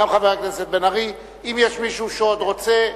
אם יש מישהו שעוד רוצה,